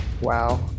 Wow